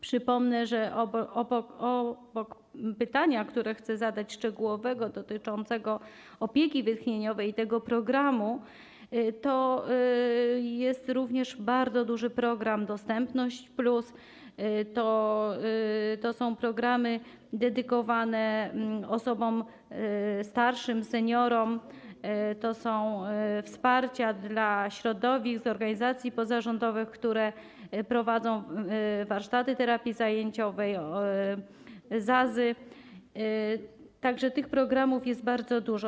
Przypomnę - obok szczegółowego pytania, które chcę zadać, dotyczącego opieki wytchnieniowej i tego programu - że jest również bardzo duży program „Dostępność+”, są programy dedykowane osobom starszym, seniorom, są programy wsparcia dla środowisk, organizacji pozarządowych, które prowadzą warsztaty terapii zajęciowej, ZAZ-y, tak że tych programów jest bardzo dużo.